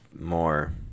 more